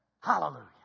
Hallelujah